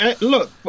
Look